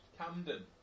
Camden